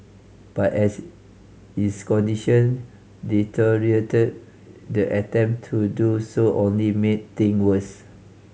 but as his condition deteriorated the attempt to do so only made thing worse